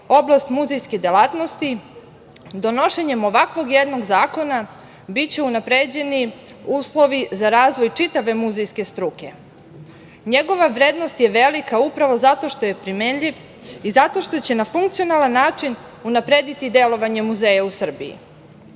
oblast muzejske delatnosti, donošenjem ovakvog jednog zakona biće unapređeni uslovi za razvoj čitave muzejske struke. Njegova vrednost je velika upravo zato što je primenljiv i zato što će na funkcionalan način unaprediti delovanje muzeja u Srbiji. Ovim